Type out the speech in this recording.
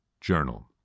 journal